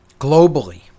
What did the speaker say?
globally